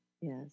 Yes